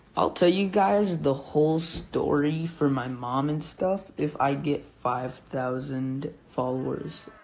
i'll tell you guys the whole story for my mom and stuff if i get five thousand followers.